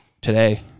Today